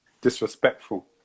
disrespectful